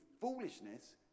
foolishness